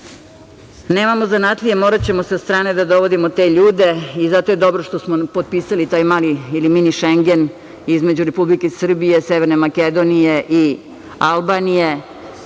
Nemamo zanatlija, moraćemo sa strane da dovodimo te ljude i zato je dobro što smo potpisali taj mali ili „Mini Šengen“ između Republike Srbije, Severne Makedonije i Albanije,